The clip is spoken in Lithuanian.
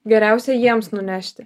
geriausia jiems nunešti